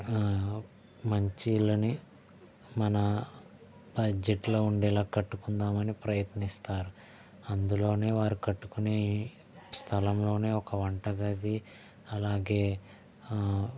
మంచి ఇళ్ళని మన బడ్జెట్లో ఉండేలా కట్టుకుందాము అని ప్రయత్నిస్తారు అందులోనే వారు కట్టుకునే స్థలంలోనే ఒక వంటగది అలాగే